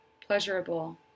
pleasurable